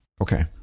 Okay